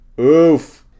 Oof